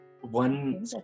one